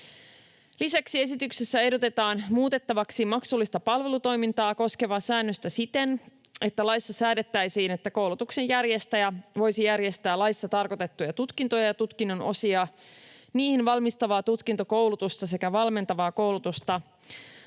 Lisäksi esityksessä ehdotetaan muutettavaksi maksullista palvelutoimintaa koskevaa säännöstä siten, että laissa säädettäisiin, että koulutuksen järjestäjä voisi järjestää laissa tarkoitettuja tutkintoja ja tutkinnonosia, niihin valmistavaa tutkintokoulutusta sekä valmentavaa koulutusta